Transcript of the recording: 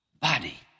body